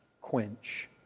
quench